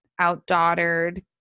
outdaughtered